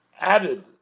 added